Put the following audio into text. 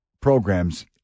programs